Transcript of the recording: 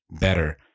better